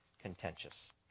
contentious